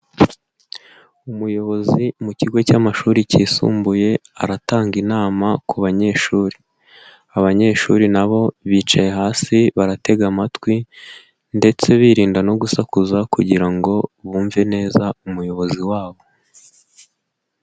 Umuyobozi mu kigo cy'amashuri kisumbuye aratanga inama ku banyeshuri, abanyeshuri nabo bicaye hasi baratega amatwi ndetse birinda no gusakuza kugira ngo bumve neza umuyobozi wabo.